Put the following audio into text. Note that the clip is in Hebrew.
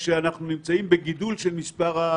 האכיפה נעשית בהתאם למספרי הטלפון